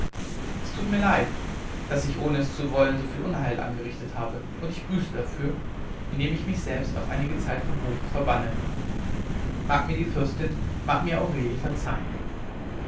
es tut mir leid daß ich ohne es zu wollen so viel unheil angerichtet habe und ich büße dafür indem ich mich selbst auf einige zeit vom hofe verbanne mag mir die fürstin mag mir aurelie verzeihen